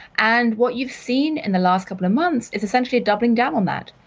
and what you've seen in the last couple of months is essentially doubling down on that.